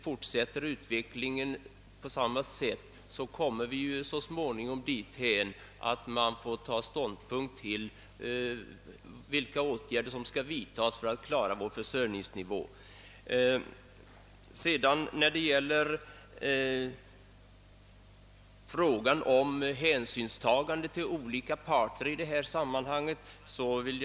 Fortsätter utvecklingen på samma sätt kan vi så småningom komma dithän att vi får ta ståndpunkt till vilka åtgärder vi skall vidtaga för att bibehålla vår försörjningsnivå. Så några ord om hänsynstagandet till olika parter d.v.s. i detta sammanhang konsumenten och producenten.